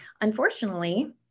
Unfortunately